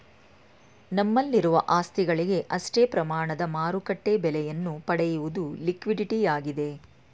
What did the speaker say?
ನಮ್ಮಲ್ಲಿರುವ ಆಸ್ತಿಗಳಿಗೆ ಅಷ್ಟೇ ಪ್ರಮಾಣದ ಮಾರುಕಟ್ಟೆ ಬೆಲೆಯನ್ನು ಪಡೆಯುವುದು ಲಿಕ್ವಿಡಿಟಿಯಾಗಿದೆ